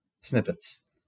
snippets